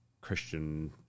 Christian